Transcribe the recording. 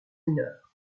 mineur